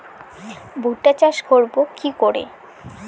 ভুট্টা চাষ করব কি করে?